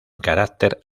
carácter